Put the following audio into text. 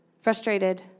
frustrated